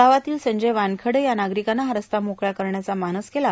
गावातील संजय वानखडे या नागरोंकाने हा रस्ता मोकळा करण्याचा मानस केला